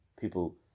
People